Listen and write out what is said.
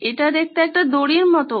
এটি দেখতে একটি দড়ির মতো